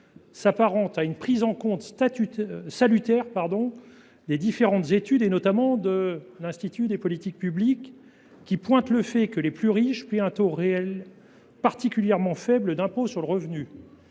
s’apparente à une prise en compte salutaire des différentes études, notamment celle de l’Institut des politiques publiques (IPP), qui pointent le fait que les plus riches sont soumis à un taux réel particulièrement faible d’impôt sur le revenu.